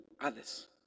others